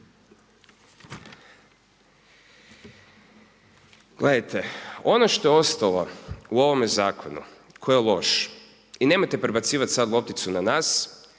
Gledajte, ono što je ostalo u ovome zakonu koji je loš i nemojte prebacivati sad lopticu na nas